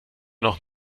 noch